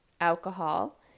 alcohol